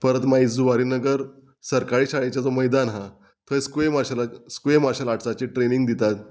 परत मागीर जुवारीनगर सरकारी शाळेचें जो मैदान आहा थंय Sqay martial arts Sqay martial आर्ट्साची ट्रेनींग दितात